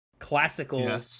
Classical